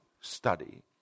study